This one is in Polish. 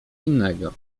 innego